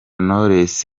knowless